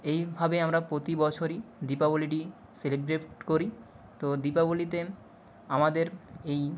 এইভাবে আমরা প্রতি বছরই দীপাবলিটি সেলিব্রেট করি তো দীপাবলিতে আমাদের এই